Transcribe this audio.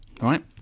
Right